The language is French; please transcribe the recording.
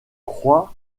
croient